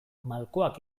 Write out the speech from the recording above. malkoak